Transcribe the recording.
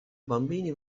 bambini